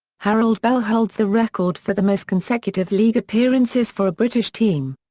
harold bell holds the record for the most consecutive league appearances for a british team.